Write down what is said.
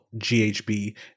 GHB